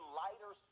lighter